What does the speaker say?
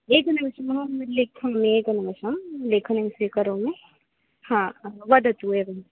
एकनिमिषम् अहं लिखामि एकनिमिषं लेखनीं स्वीकरोमि हा वदतु एवं